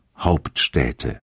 Hauptstädte